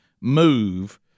move